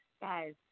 Guys